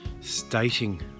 stating